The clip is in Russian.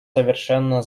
совершенно